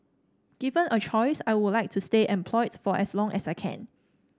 given a choice I would like to stay employed for as long as I can